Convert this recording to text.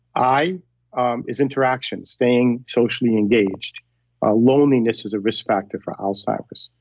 i um is interaction, staying socially engaged ah loneliness is a risk factor for alzheimer's.